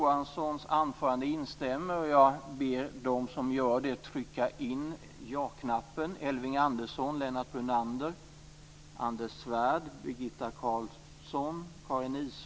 Herr talman!